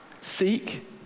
Seek